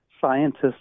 scientists